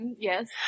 Yes